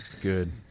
Good